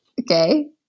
okay